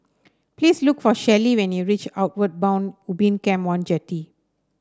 please look for Shelly when you reach Outward Bound Ubin Camp one Jetty